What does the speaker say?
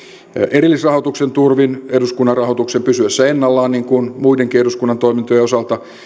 erillisrahoituksen turvin eduskunnan rahoituksen pysyessä ennallaan niin kuin muidenkin eduskunnan toimintojen osalta